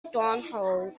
stronghold